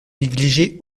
négliger